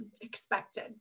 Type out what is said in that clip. expected